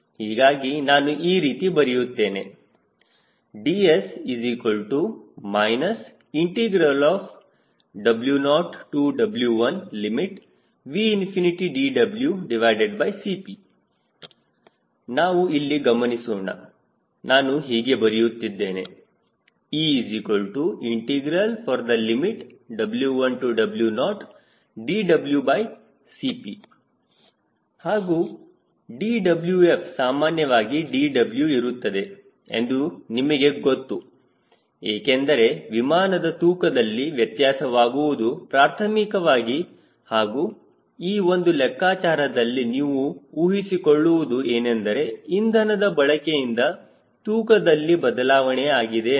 ಹೀಗಾಗಿ ನಾನು ಈ ರೀತಿ ಬರೆಯುತ್ತೇನೆ dS W0W1VdWCP ನಾವು ಇಲ್ಲಿ ಗಮನಿಸೋಣ ನಾನು ಹೀಗೆ ಬರೆಯುತ್ತಿದ್ದೇನೆ EW1W0dWCP ಹಾಗೂ dWf ಸಾಮಾನ್ಯವಾಗಿ dW ಇರುತ್ತದೆ ಎಂದು ನಿಮಗೆ ಗೊತ್ತು ಏಕೆಂದರೆ ವಿಮಾನದ ತೂಕದಲ್ಲ ವ್ಯತ್ಯಾಸವಾಗುವುದು ಪ್ರಾಥಮಿಕವಾಗಿ ಹಾಗೂ ಈ ಒಂದು ಲೆಕ್ಕಚಾರದಲ್ಲಿ ನಾವು ಊಹಿಸಿಕೊಳ್ಳುವುದು ಏನೆಂದರೆ ಇಂಧನದ ಬಳಕೆಯಿಂದ ತೂಕದಲ್ಲಿ ಬದಲಾವಣೆಯಾಗಿದೆ ಎಂದು